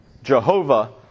Jehovah